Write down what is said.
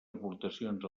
aportacions